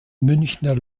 münchner